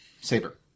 saber